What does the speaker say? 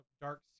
dark